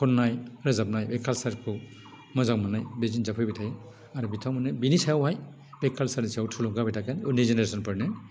खननाय रोजाबनाय बे कालसारखौ मोजां मोननाय बे जिनिसा फैबाय थायो आरो बिथांमोननि बिनि सायावहाय बे कालसारनि सायाव थुलुंगा होबाय थागोन उननि जेनेरेसनफोरनो